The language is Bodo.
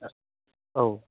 औ